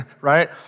right